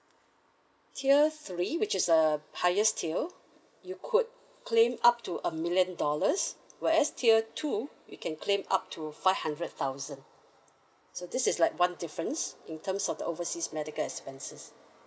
tier three which is the highest tier you could claim up to a million dollars whereas tier two you can claim up to five hundred thousand so this is like one difference in terms of the overseas medical expenses